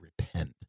repent